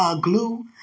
glue